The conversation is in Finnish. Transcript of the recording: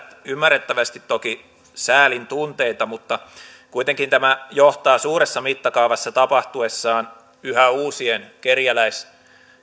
ymmärrettävästi toki säälin tunteita mutta kuitenkin tämä johtaa suuressa mittakaavassa tapahtuessaan yhä uusien kerjäläisten